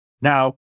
Now